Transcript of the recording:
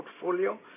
portfolio